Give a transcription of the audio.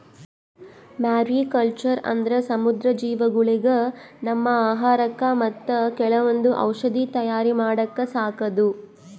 mariculture ಅಂದ್ರ ಸಮುದ್ರ ಜೀವಿಗೊಳಿಗ್ ನಮ್ಮ್ ಆಹಾರಕ್ಕಾ ಮತ್ತ್ ಕೆಲವೊಂದ್ ಔಷಧಿ ತಯಾರ್ ಮಾಡಕ್ಕ ಸಾಕದು